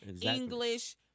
English